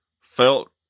felt